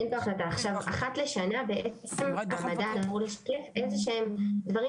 עכשיו אחת לשנה בעצם המדד אמור לשקף איזה שהם דברים